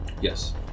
Yes